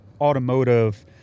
automotive